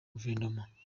guverinoma